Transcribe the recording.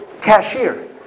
cashier